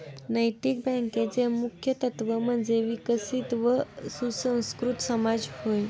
नैतिक बँकेचे मुख्य तत्त्व म्हणजे विकसित व सुसंस्कृत समाज होय